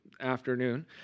afternoon